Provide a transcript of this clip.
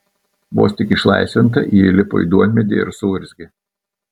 vos tik išlaisvinta ji įlipo į duonmedį ir suurzgė